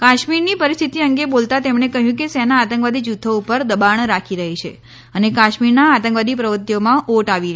કાશ્મીરની પરિસ્થિત અંગે બોલતા તેમણે કહ્યું કે સેના આંતકવાદી જૂથો ઉપર દબાણ રાખી રહી છે અને કાશ્મીરમાં આંતકવાદી પ્રવૃતિઓમાં ઓટ આવી છે